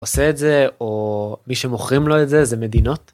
עושה את זה או מי שמוכרים לו את זה זה מדינות.